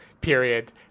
period